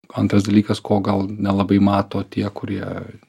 antras dalykas ko gal nelabai mato tie kurie